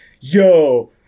yo